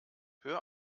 hör